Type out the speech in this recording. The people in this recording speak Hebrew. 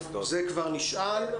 זה כבר נשאל.